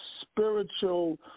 spiritual